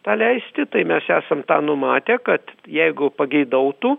tą leisti tai mes esam numatę kad jeigu pageidautų